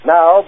Now